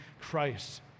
Christ